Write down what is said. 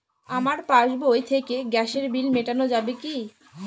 আমার পাসবই থেকে গ্যাসের বিল মেটানো যাবে কি?